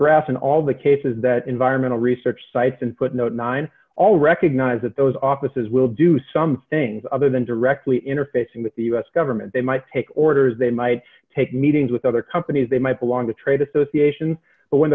brass and all the cases that environmental research sites and put no nine all recognize that those offices will do some things other than directly interfacing with the u s government they might take orders they might take meetings with other companies they might belong to trade association but when